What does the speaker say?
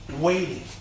waiting